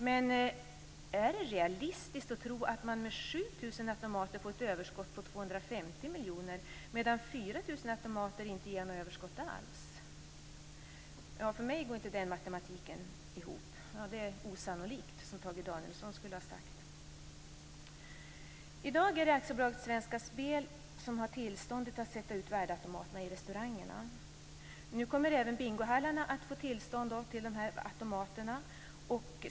Men är det realistiskt att tro att man med hjälp av 7 000 automater skall få ett överskott på 250 miljoner kronor, medan 4 000 automater inte skall ge något överskott alls? För mig går den matematiken inte ihop. Det är osannolikt, som Tage Danielsson skulle ha sagt. I dag är det AB Svenska Spel som har tillstånd att ställa ut värdeautomaterna i restaurangerna. Nu kommer även bingohallarna att få tillstånd till att ställa ut automater.